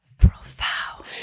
profound